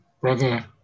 Brother